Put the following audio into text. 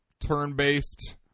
turn-based